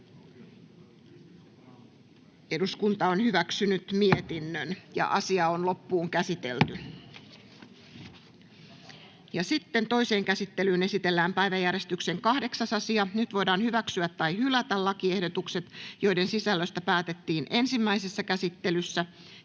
annetun lain 119 §:n muuttamisesta Time: N/A Content: Toiseen käsittelyyn esitellään päiväjärjestyksen 8. asia. Nyt voidaan hyväksyä tai hylätä lakiehdotukset, joiden sisällöstä päätettiin ensimmäisessä käsittelyssä.